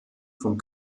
von